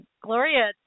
Gloria